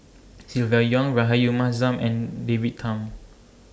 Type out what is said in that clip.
Silvia Yong Rahayu Mahzam and David Tham